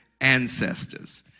ancestors